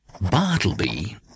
Bartleby